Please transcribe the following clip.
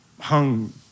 hung